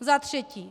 Za třetí.